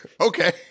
okay